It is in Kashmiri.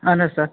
اَہَن حظ سَر